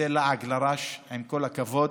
זה לעג לרש, עם כל הכבוד.